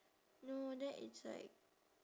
no that is like